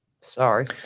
Sorry